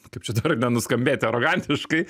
kaip čia dabar nenuskambėti arogantiškai